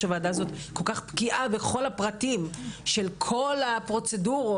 הוועדה הזו כל כך בקיאה בכל הפרטים של כל הפרוצדורות,